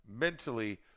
mentally